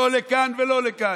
לא לכאן ולא לכאן.